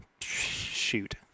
Shoot